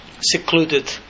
secluded